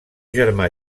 germà